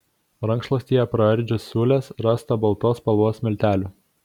rankšluostyje praardžius siūles rasta baltos spalvos miltelių